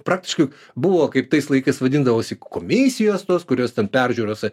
praktiškai buvo kaip tais laikais vadindavosi komisijos tos kurias ten peržiūrose